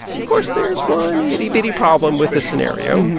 of course, there's one itty bitty problem with this scenario.